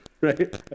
right